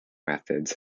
methods